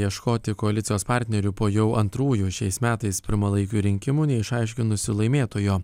ieškoti koalicijos partnerių po jau antrųjų šiais metais pirmalaikių rinkimų neišaiškinusių laimėtojo